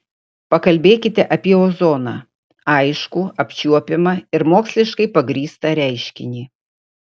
pakalbėkite apie ozoną aiškų apčiuopiamą ir moksliškai pagrįstą reiškinį